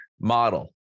model